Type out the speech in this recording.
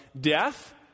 death